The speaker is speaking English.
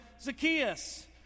Zacchaeus